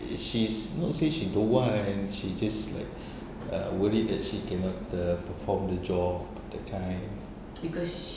she's not say she don't want she just like err worried that she cannot the perform the job that kind